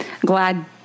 glad